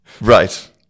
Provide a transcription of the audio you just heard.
Right